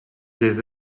des